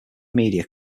media